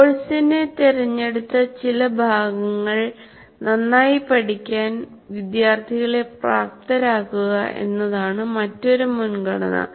കോഴ്സിന്റെ തിരഞ്ഞെടുത്ത ചില ഭാഗങ്ങൾ നന്നായി പഠിക്കാൻ വിദ്യാർത്ഥികളെ പ്രാപ്തരാക്കുക എന്നതാണ് മറ്റൊരു മുൻഗണന